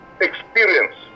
experience